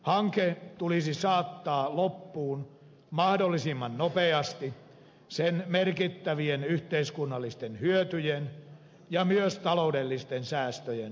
hanke tulisi saattaa loppuun mahdollisimman nopeasti sen merkittävien yhteiskunnallisten hyötyjen ja myös taloudellisten säästöjen vuoksi